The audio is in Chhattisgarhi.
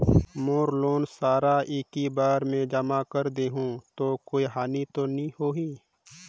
मोर लोन सारा एकी बार मे जमा कर देहु तो कोई हानि तो नी होही?